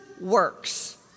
works